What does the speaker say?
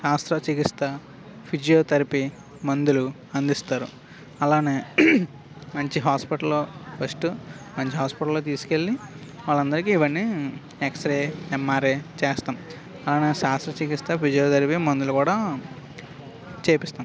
శాస్త్రచకిత్స physiotherapy మందులు అందిస్తారు అలానే మంచి హాస్పిటల్లో ఫస్ట్ మంచి హాస్పిటల్లో తీసుకెళ్ళి వాళ్ళందరికీ ఇవన్నీ ఎక్స్రే ఎంఆర్ఐ చేస్తాం అలానే శాస్త్రచకిత్స ఫిజియోథెరపీ మందులు కూడా చేయిస్తాం